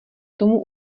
tomu